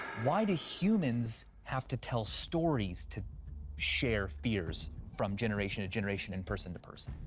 why do humans have to tell stories to share fears from generation to generation and person to person?